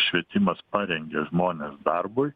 švietimas parengia žmones darbui